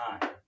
time